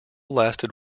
lasted